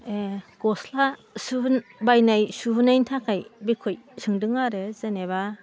एह गस्ला बायनाय सुहोनायनि थाखाय बिसय सोंदों आरो जेनेबा